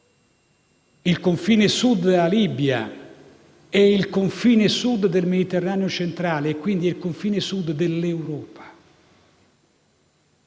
Il confine Sud della Libia è il confine Sud del Mediterraneo centrale e, quindi, è il confine Sud dell'Europa.